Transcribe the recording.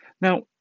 Now